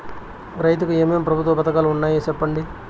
రైతుకు ఏమేమి ప్రభుత్వ పథకాలు ఉన్నాయో సెప్పండి?